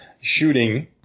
shooting –